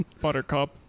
Buttercup